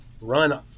run